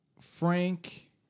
Frank